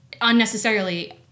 unnecessarily